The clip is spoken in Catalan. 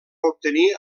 obtenir